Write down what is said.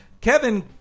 Kevin